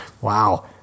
Wow